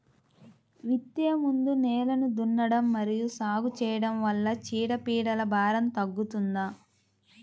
విత్తే ముందు నేలను దున్నడం మరియు సాగు చేయడం వల్ల చీడపీడల భారం తగ్గుతుందా?